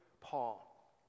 Paul